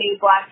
black